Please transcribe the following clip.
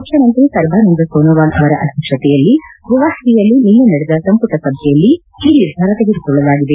ಮುಖ್ಚಮಂತ್ರಿ ಸರ್ಬಾನಂದ ಸೋನೋವಾಲ್ ಅವರ ಅಧ್ಯಕ್ಷತೆಯಲ್ಲಿ ಗುವಾಹತಿಯಲ್ಲಿ ನಿನ್ನೆ ನಡೆದ ಸಂಪುಟ ಸಭೆಯಲ್ಲಿ ಈ ನಿರ್ಧಾರ ತೆಗೆದುಕೊಳ್ಳಲಾಗಿದೆ